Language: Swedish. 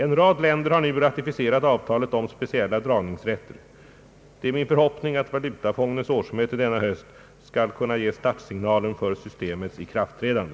En rad länder har nu ratificerat avtalet om speciella dragningsrätter. Det är min förhoppning att valutafondens årsmöte denna höst skall kunna ge startsignalen för systemets ikraftträdande.